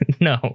No